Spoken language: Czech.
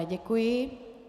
Děkuji.